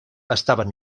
estaven